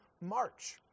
March